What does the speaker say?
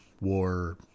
war